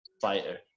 fighter